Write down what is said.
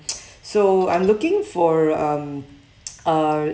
so I'm looking for um err